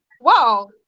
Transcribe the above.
wow